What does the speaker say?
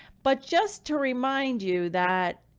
but just to remind you that,